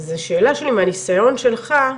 אז השאלה שלי, מהניסיון שלך,